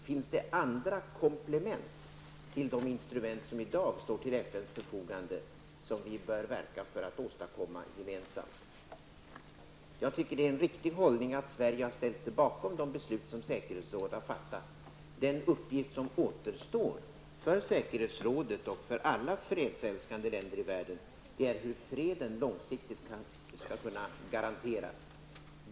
Finns det andra komplement till de instrument som i dag står till FNs förfogande, som vi bör verka för att åstadkomma gemensamt? Jag tycker att det är en riktig hållning att Sverige har ställt sig bakom de beslut som säkerhetsrådet har fattat. En uppgift som återstår för säkerhetsrådet och för alla fredsälskande länder i världen är hur freden långsiktigt skall kunna garanteras.